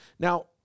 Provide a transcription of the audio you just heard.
Now